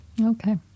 Okay